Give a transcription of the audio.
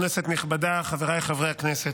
כנסת נכבדה, חבריי חברי הכנסת,